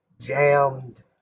jammed